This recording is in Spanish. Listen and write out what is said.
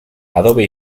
adobe